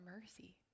mercy